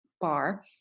bar